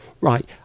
right